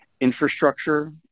infrastructure